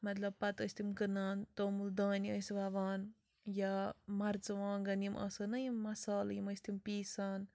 مطلب پَتہٕ ٲسۍ تِم کٕنان توٚمُل دانہِ ٲسۍ وَوان یا مَرٕژٕوانگَن یِم آسَن نا یِم مَسالہٕ یِم ٲسۍ تِم پِیٖسان